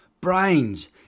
brains